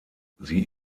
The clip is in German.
sie